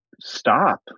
stop